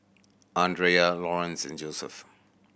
Andrea Laurance and Joseph